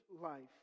life